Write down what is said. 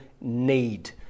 need